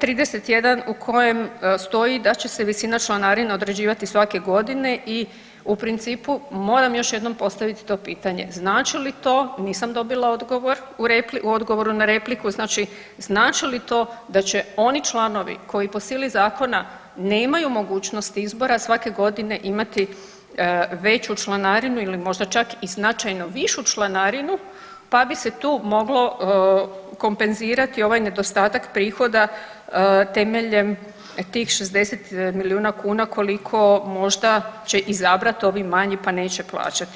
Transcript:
31 u kojem stoji da će se visina članarine određivati svake godine i u principu moram još jednom postaviti to pitanje, znači li to, nisam dobila odgovor u odgovoru na repliku, znači li to da će oni članovi koji po sili zakona nemaju mogućnost izbora svake godine imati veću članarinu ili možda čak i značajno višu članarinu pa bi se tu moglo kompenzirati ovaj nedostatak prihoda temeljem tih 60 milijuna kuna koliko će možda izabrati ovi manji pa neće plaćati.